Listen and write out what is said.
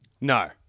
No